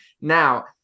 Now